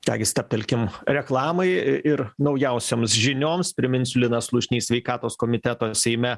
ką gi stabtelkim reklamai ir naujausioms žinioms priminsiu linas slušnys sveikatos komiteto seime